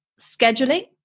scheduling